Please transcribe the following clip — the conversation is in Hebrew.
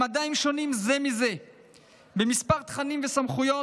הם עדיין שונים זה מזה בכמה תכנים וסמכויות,